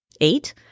Eight